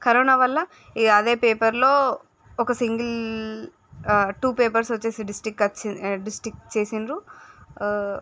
corona వల్ల అదే పేపర్లో ఒక సింగిల్ ఆ టు పేపర్స్ వచ్చేసి డిస్టిక్ చేసినారు ఆ